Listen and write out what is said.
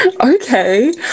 Okay